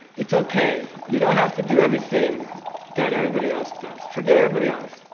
it's okay, you don't have to do everything that everybody else does. forget everybody else,